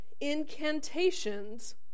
incantations